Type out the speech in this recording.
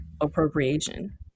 appropriation